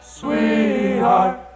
sweetheart